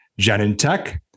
Genentech